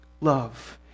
love